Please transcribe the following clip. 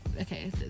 okay